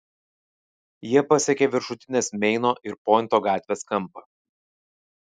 jie pasiekė viršutinės meino ir pointo gatvės kampą